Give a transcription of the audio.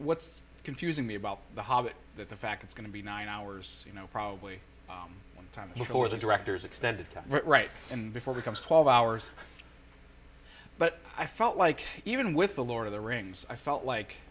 what's confusing me about the hobbit the fact it's going to be nine hours you know probably one time before the director's extended right and before becomes twelve hours but i felt like even with the lord of the rings i felt like